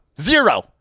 zero